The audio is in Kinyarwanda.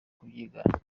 kubyigana